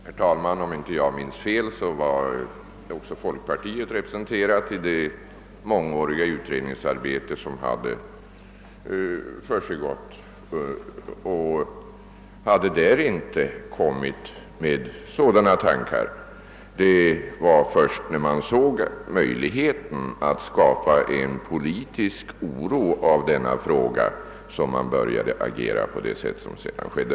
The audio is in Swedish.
Herr talman! Om jag inte minns fel var också folkpartiet representerat i det mångåriga utredningsarbete, som hade försiggått, men man hade inte från det hållet där framfört några sådana tankar som herr Wedén nu redogjorde för. Det var först när man såg möjligheten att skapa en politisk oro genom denna fråga som man började agera på det sätt som man sedan gjorde.